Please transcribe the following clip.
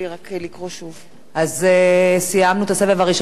אז סיימנו את הסבב הראשון של ההצבעה,